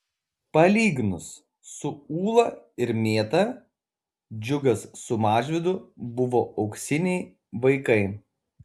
palyginus su ūla ir mėta džiugas su mažvydu buvo auksiniai vaikai